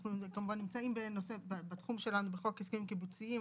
אנחנו כמובן נמצאים בתחום שלנו בחוק הסכמים קיבוציים.